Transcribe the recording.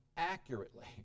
Accurately